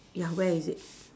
ya where is it